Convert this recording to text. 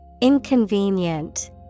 Inconvenient